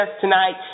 tonight